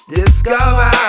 discover